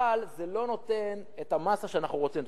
אבל זה לא נותן את המאסה שאנחנו רוצים.